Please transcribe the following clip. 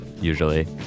usually